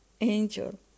angel